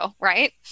right